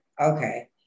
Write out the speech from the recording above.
Okay